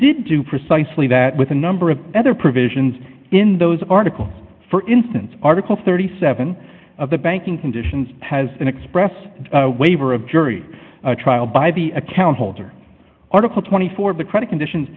did do precisely that with a number of other provisions in those articles for instance article thirty seven of the banking conditions has an express waiver of jury trial by the account holder article twenty four of the credit conditions